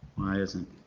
why isn't.